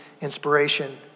inspiration